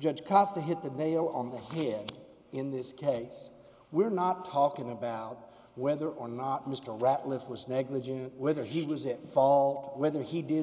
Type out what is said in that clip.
judge cost to hit the nail on the here in this case we're not talking about whether or not mr ratliff was negligent whether he was it fault whether he did